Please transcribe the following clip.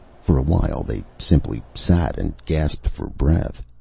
for a while they simply sat and gasped for breath.